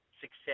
success